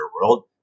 world